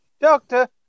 Doctor